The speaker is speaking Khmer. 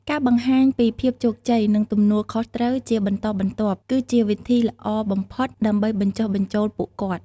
ការបង្ហាញពីភាពជោគជ័យ និងទំនួលខុសត្រូវជាបន្តបន្ទាប់ គឺជាវិធីល្អបំផុតដើម្បីបញ្ចុះបញ្ចូលពួកគាត់។